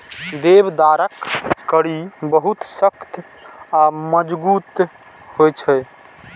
देवदारक कड़ी बहुत सख्त आ मजगूत होइ छै